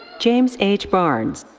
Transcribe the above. james h. barnes.